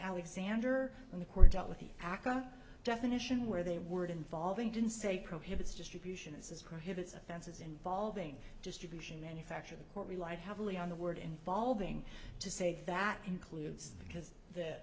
alexander when the court dealt with the aca definition where they weren't involving didn't say prohibits distribution as prohibits offenses involving distribution manufacture the court relied heavily on the word involving to say that includes because th